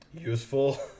useful